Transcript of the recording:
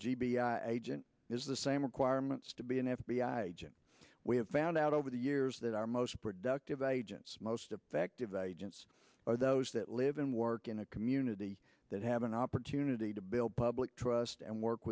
b i agent is the same requirements to be an f b i agent we have found out over the years that our most productive agents most effective agents are those that live and work in a community that have an opportunity to build public trust and work